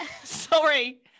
Sorry